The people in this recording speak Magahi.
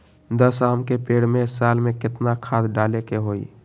दस आम के पेड़ में साल में केतना खाद्य डाले के होई?